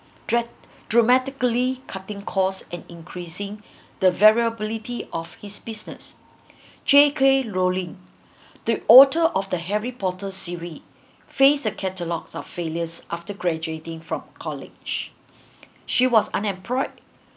dra~ dramatically cutting costs and increasing the variability of his business J K rowling the author of the harry potter series face a catalogs of failures after graduating from college she was unemployed